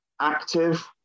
active